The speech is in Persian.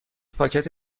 پاکت